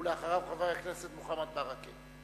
ולאחריו, חבר הכנסת מוחמד ברכה.